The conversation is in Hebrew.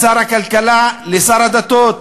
משר הכלכלה לשר הדתות?